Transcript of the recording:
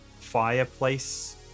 fireplace